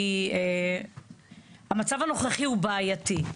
המצב הנוכחי הוא בעייתי,